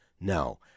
No